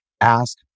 Ask